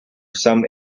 some